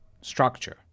structure